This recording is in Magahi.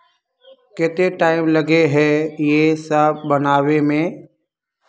केते टाइम लगे है ये सब बनावे में?